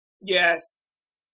Yes